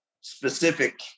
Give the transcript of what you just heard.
specific